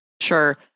Sure